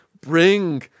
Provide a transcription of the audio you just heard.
Bring